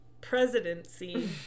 presidency